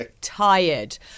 tired